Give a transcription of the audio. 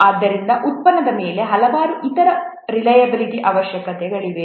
ಆದ್ದರಿಂದ ಉತ್ಪನ್ನದ ಮೇಲೆ ಹಲವಾರು ಇತರ ವಿರಿಲೈಯಬಿಲಿಟಿ ಅವಶ್ಯಕತೆಗಳಿವೆ